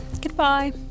Goodbye